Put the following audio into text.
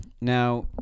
Now